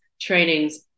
trainings